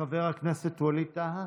חבר הכנסת ווליד טאהא,